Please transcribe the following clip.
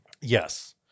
Yes